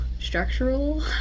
structural